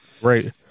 Right